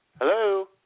Hello